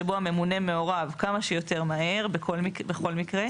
שבו הממונה מעורב כמה שיותר מהר בכל מקרה.